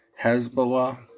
Hezbollah